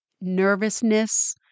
nervousness